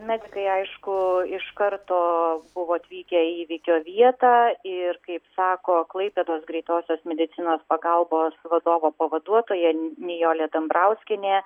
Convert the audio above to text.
medikai aišku iš karto buvo atvykę į įvykio vietą ir kaip sako klaipėdos greitosios medicinos pagalbos vadovo pavaduotoja nijolė dambrauskienė